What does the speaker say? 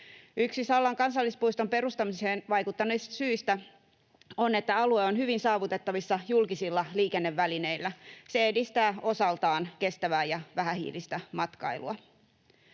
Yksi Sallan kansallispuiston perustamiseen vaikuttaneista syistä on se, että alue on hyvin saavutettavissa julkisilla liikennevälineillä. Se edistää osaltaan kestävää ja vähähiilistä matkailua.